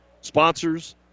sponsors